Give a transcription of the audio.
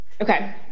okay